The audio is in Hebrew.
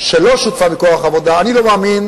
שלא שותפה בכוח העבודה, אני לא מאמין